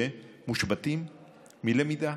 שמושבתים מלמידה,